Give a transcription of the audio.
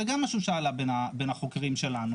זה גם משהו שעלה בין החוקרים שלנו.